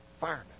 firemen